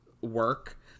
work